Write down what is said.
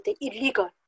illegal